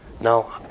No